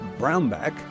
Brownback